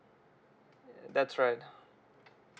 err that's right